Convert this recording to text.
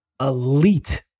elite